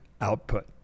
output